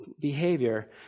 behavior